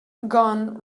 gone